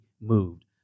moved